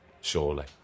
surely